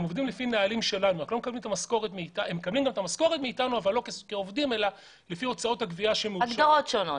הם עובדים לפי נהלים שלנו ומקבלים את המשכורת לפי --- הגדרות שונות,